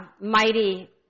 mighty